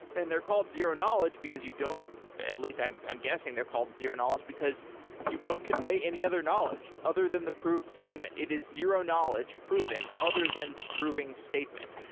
they're called zero knowledge, because you don't at least, i'm i'm guessing they're called zero knowledge because you don't convey any other knowledge other than the proved statement. it is zero knowledge proven other than the proving statement.